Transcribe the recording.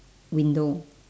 window